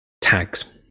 tags